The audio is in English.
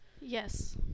Yes